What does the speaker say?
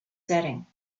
setting